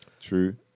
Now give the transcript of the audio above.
true